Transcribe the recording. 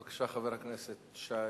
בבקשה, חבר הכנסת נחמן שי,